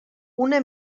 una